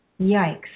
Yikes